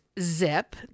Zip